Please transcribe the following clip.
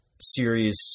series